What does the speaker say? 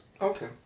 Okay